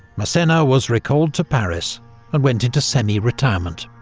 massena was recalled to paris and went into semi-retirement.